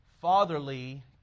fatherly